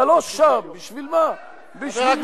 אתה לא שם, אתה קיצוני, לא אני.